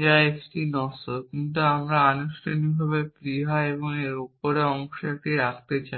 যা এক্স নশ্বর কিন্তু কারণ আমরা আনুষ্ঠানিকভাবে প্লীহা এবং একটি অংশ উপরে রাখতে চাই